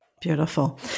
Beautiful